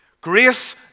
Grace